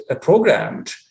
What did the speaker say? programmed